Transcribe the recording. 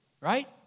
right